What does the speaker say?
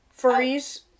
furries